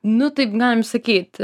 nu taip galim sakyt